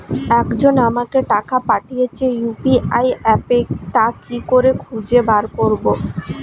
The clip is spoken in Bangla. একজন আমাকে টাকা পাঠিয়েছে ইউ.পি.আই অ্যাপে তা কি করে খুঁজে বার করব?